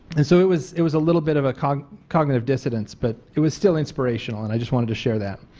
and so it was it was a little bit of a cognitive cognitive dissidents. but it was still inspirational and i just wanted to share that.